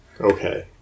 Okay